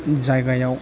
जायगायाव